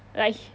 like he